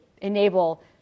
enable